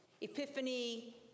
Epiphany